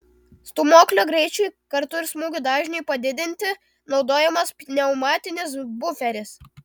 stūmoklio greičiui kartu ir smūgių dažniui padidinti naudojamas pneumatinis buferis